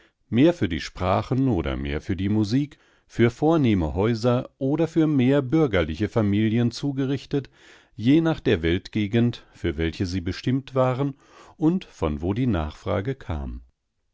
mehr für die sprachen oder mehr für die musik für vornehme häuser oder für mehr bürgerliche familien zugerichtet je nach der weltgegend für welche sie bestimmt waren und von wo die nachfrage kam